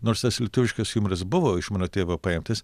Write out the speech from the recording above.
nors tas lietuviškas jumoras buvo iš mano tėvo paimtas